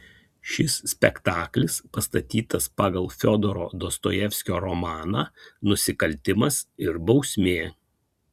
šis spektaklis pastatytas pagal fiodoro dostojevskio romaną nusikaltimas ir bausmė